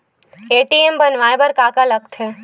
ATM बनवाय बर का का लगथे?